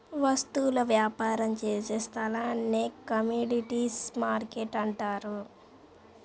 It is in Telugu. వస్తువుల వ్యాపారం చేసే స్థలాన్ని కమోడీటీస్ మార్కెట్టు అంటారు